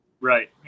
Right